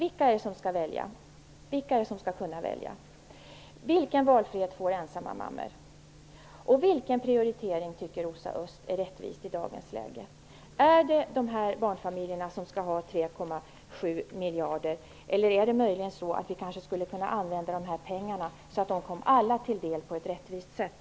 Vilka är det som skall kunna välja, Rosa Östh? Vilken valfrihet får ensamma mammor? Vilken prioritering tycker Rosa Östh är rättvis i dagens läge? Är det de barnfamiljer som skall ha 3,7 miljarder, eller skulle vi möjligen kunna använda de här pengarna så att de kom alla till del på ett rättvist sätt?